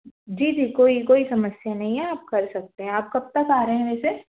जी जी कोई कोई समस्या नहीं है आप कर सकते हैं आप कब तक आ रहे हैं वैसे